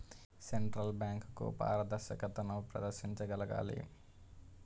central బ్యాంకులు పారదర్శకతను ప్రదర్శించగలగాలి